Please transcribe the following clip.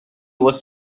was